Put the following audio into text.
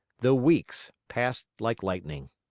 the weeks passed like lightning.